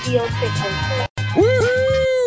Woohoo